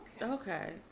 Okay